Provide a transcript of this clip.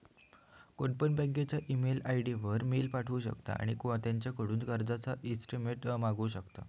कोणपण बँकेच्या email ID वर मेल पाठवु शकता आणि त्यांच्याकडून कर्जाचा ईस्टेटमेंट मागवु शकता